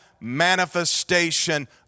manifestation